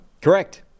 Correct